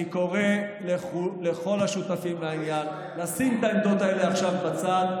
אני קורא לכל השותפים לעניין לשים את העמדות האלה עכשיו בצד.